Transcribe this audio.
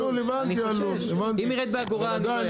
אם ירד באגורה אני לא אחשוש,